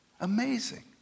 Amazing